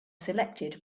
selected